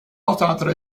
entre